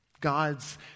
God's